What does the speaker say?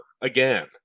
again